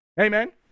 Amen